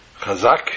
Chazak